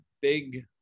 big